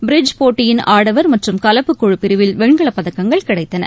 bridge போட்டியின் ஆடவர் மற்றும் கலப்பு குழுப்பிரிவில் வெண்கலப் பதக்கங்கள் கிடைத்தன